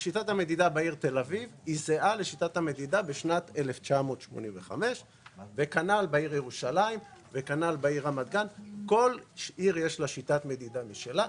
שיטת המדידה בעיר תל אביב היום זהה לשיטת המדידה בשנת 1985. כנ"ל בעיר ירושלים וברמת גן; לכל עיר יש שיטת מדידה משלה.